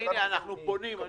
אנחנו פונים.